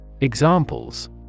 Examples